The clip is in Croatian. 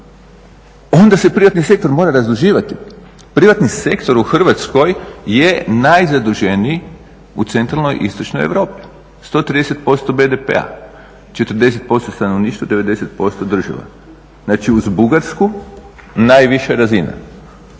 onda se privatni sektor mora razduživati. Privatni sektor u Hrvatskoj je najzaduženiji u centralnoj istočnoj Europi, 130% BDP-a, 40% stanovništva, 90% država. Znači uz Bugarsku najviša razina.